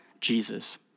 Jesus